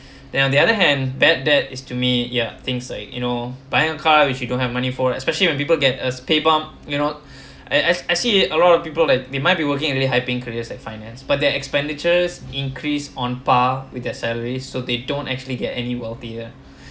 then on the other hand bad debt is to me ya things like you know buying a car which you don't have money for especially when people get a pay bump you know I I I see it a lot of people that they might be working really high paying careers like finance but their expenditures increase on par with their salary so they don't actually get any wealthier